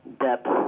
depth